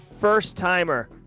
first-timer